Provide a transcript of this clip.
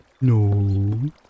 No